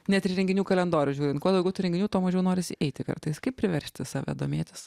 net ir renginių kalendorių žiūrint kuo daugiau tų renginių tuo mažiau norisi eiti kartais kaip priversti save domėtis